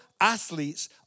Athletes